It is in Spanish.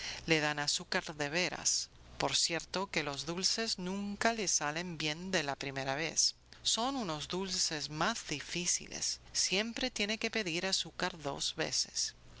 le dan azúcar de veras por cierto que los dulces nunca le salen bien de la primera vez son unos dulces más difíciles siempre tiene que pedir azúcar dos veces